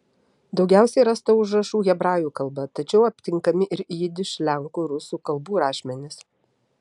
daugiausiai rasta užrašų hebrajų kalba tačiau aptinkami ir jidiš lenkų rusų kalbų rašmenys